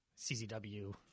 CZW